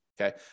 okay